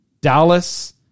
Dallas